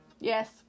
Yes